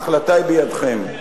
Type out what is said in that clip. ההחלטה היא בידכם.